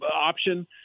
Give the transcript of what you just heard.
option